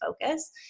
focus